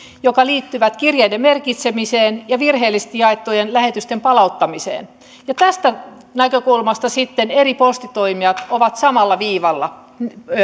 jotka liittyvät kirjeiden merkitsemiseen ja virheellisesti jaettujen lähetysten palauttamiseen tästä näkökulmasta sitten eri postitoimijat ovat samalla viivalla